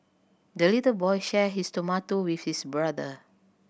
the little boy shared his tomato with his brother